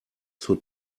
zur